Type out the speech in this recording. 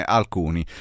alcuni